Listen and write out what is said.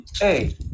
Hey